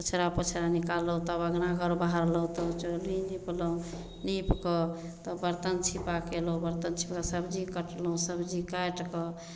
ओछड़ा पोछड़ा निकाललहुॅं तब अङ्गना घर बाहरलहुॅं तब चुल्हि निपलहुॅं नीप कऽ तब बर्तन छिपा केलहुॅं बर्तन छिपा सब्जी कटलहुॅं सब्जी काटि कऽ